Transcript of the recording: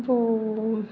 இப்போது